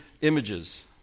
images